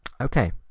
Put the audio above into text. Okay